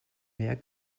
mehr